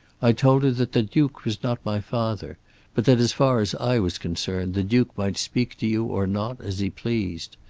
i told her that the duke was not my father but that as far as i was concerned the duke might speak to you or not as he pleased.